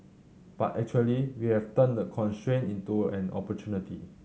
but actually we have turned the constraint into an opportunity